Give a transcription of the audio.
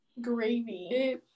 Gravy